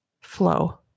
flow